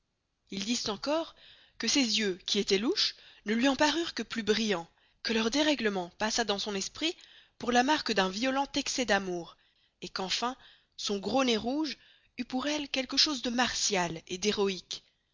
ils disent encore que ses yeux qui estoient louches ne luy en parurent que plus brillans que leur déreglement passa dans son esprit pour la marque d'un violent excez d'amour et qu'enfin son gros nez rouge eut pour elle quelque chose de martial et d'heroïque